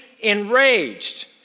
enraged